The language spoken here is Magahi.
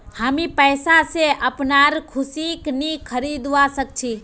हामी पैसा स अपनार खुशीक नइ खरीदवा सख छि